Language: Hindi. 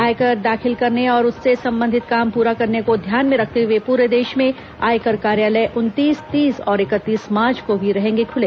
आयकर दाखिल करने और उससे संबंधित काम पूरा करने को ध्यान में रखते हुए पूरे देश में आयकर कार्यालय उनतीस तीस और इकतीस मार्च को भी रहेंगे खुले